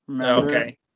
okay